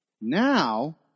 Now